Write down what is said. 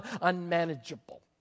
unmanageable